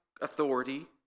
authority